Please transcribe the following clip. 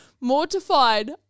mortified